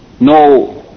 no